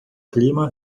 clima